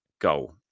goal